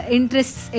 Interests